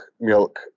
Milk